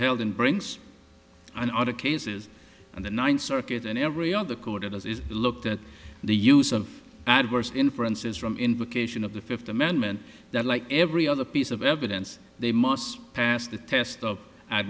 held and brings and other cases and the ninth circuit and every other court as is looked at the use of adverse inferences from invocation of the fifth amendment that like every other piece of evidence they must pass the test